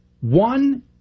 One